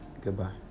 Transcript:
Goodbye